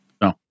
no